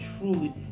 truly